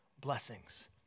blessings